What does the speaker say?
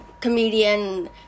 comedian